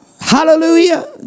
Hallelujah